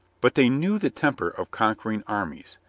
but they knew the temper of conquering armies,